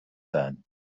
then